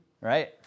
right